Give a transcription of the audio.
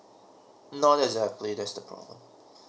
not exactly that's the problem